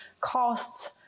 costs